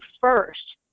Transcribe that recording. first